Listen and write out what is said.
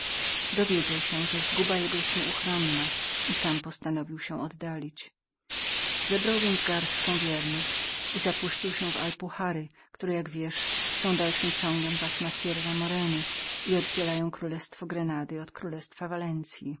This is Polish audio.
dowiedział się że zguba jego była nieuchronną i sam postanowił się oddalić zebrał więc garstkę wiernych i zapuścił się w alpuhary które jak wiesz są dalszem pasmem sierramorena i oddzielają królestwo grenady od walencyi wissygotowie na